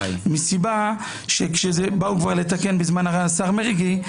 כי כשבאו כבר לתקן בזמן השר מרגי,